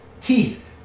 teeth